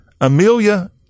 Amelia